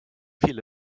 viele